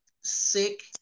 sick